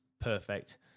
Perfect